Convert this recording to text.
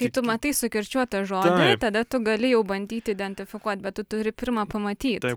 kai tu matai sukirčiuotą žodį tada tu gali jau bandyt identifikuot bet tu turi pirma pamatyt